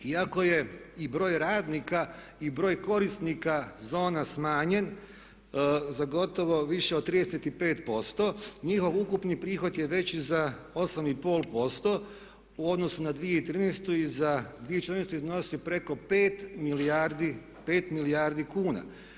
Iako je i broj radnika i broj korisnika zona smanjen za gotovo više od 35% njihov ukupni prihod je veći za 8,5% u odnosu na 2013. i za 2014. iznosi preko 5 milijardi kuna.